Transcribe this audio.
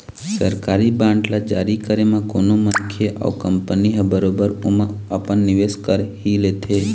सरकारी बांड ल जारी करे म कोनो मनखे अउ कंपनी ह बरोबर ओमा अपन निवेस कर ही लेथे